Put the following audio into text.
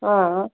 ಹಾಂ